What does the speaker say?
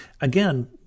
Again